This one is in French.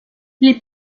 les